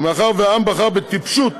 ומאחר שהעם בחר בטיפשות,